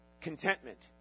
contentment